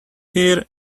here